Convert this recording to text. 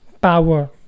power